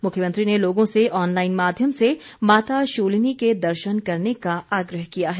मुख्यमंत्री ने लोगों से ऑनलाईन माध्यम से माता शूलिनी के दर्शन करने का आग्रह किया है